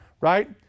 right